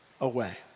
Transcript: away